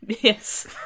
Yes